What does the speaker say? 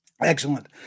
Excellent